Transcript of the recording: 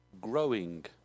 growing